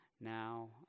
now